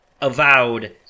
Avowed